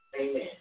Amen